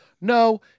no